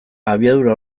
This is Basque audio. abiadura